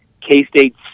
K-State